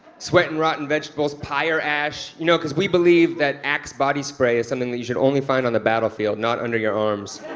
sweat and rotten vegetables, pyre ash. you know because we believe that axe body spray is something that you should only find on the battlefield, not under your arms.